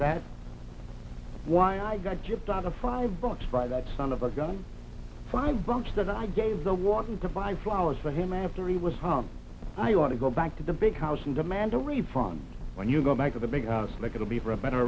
that why i got shipped out of five bucks by that son of a gun five bucks that i gave the want to buy flowers for him after he was home i want to go back to the big house and demand a refund when you go back to the big house like it'll be for a better